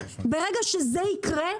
ברגע שזה יקרה,